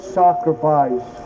sacrifice